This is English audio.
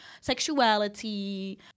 sexuality